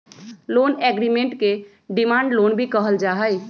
loan agreement के demand loan भी कहल जा हई